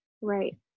right